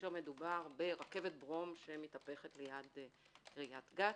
כאשר מדובר ברכבת ברום שמתהפכת ליד קריית גת,